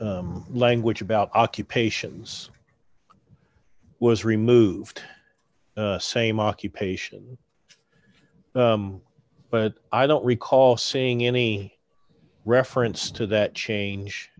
e language about occupations was removed same occupation but i don't recall seeing any reference to that change